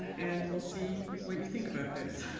and we'll see what you think about this.